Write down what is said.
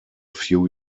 few